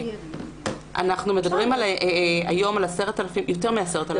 אנחנו מדברים על יותר מ-10,000 מקרים.